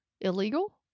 illegal